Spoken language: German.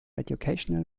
educational